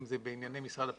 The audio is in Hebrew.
אם זה בענייני משרד הפנים,